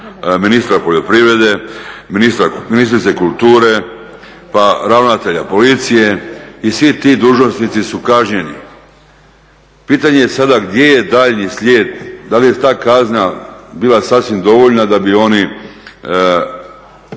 ministra poljoprivrede, ministrice kulture pa ravnatelja policije i svi ti dužnosnici su kažnjeni. Pitanje je sada gdje je daljnji slijed, da li je ta kazna bila sasvim dovoljna da bi oni